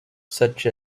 such